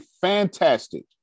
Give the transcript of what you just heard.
fantastic